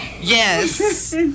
Yes